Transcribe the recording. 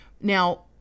Now